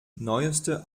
neueste